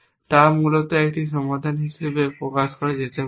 তা মূলত একটি সমাধান হিসাবে প্রকাশ করা যেতে পারে